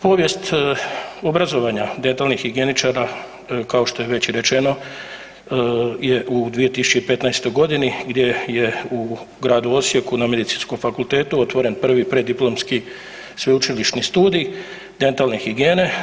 Povijest obrazovanja dentalnih higijeničara kao što je već i rečeno je u 2015. godini gdje je u gradu Osijeku na Medicinskom fakultetu otvoren prvi preddiplomski sveučilišni studij dentalne higijene.